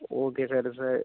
okay sir sir